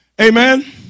Amen